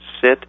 sit